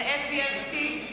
זאב בילסקי,